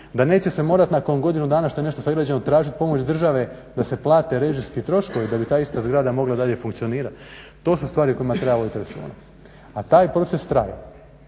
se neće morati nakon godinu dana što je nešto sagrađeno tražiti pomoć države da se plate režijski troškovi da bi ta ista zgrada mogla dalje funkcionirati. To su stvari o kojima treba voditi računa. A taj proces traje.